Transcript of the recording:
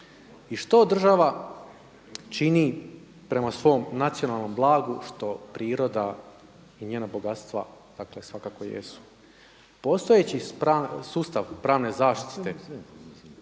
I što država čini prema svom nacionalnom blagu što priroda i njena bogatstva, dakle svakako jesu. Postojeći sustav pravne zaštite